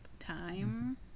Time